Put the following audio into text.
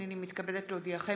הינני מתכבדת להודיעכם,